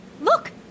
Look